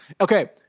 Okay